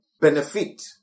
benefit